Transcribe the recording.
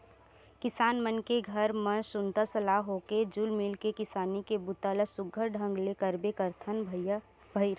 किसान मन के घर म सुनता सलाह होके जुल मिल के किसानी के बूता ल सुग्घर ढंग ले करबे करथन भईर